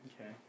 Okay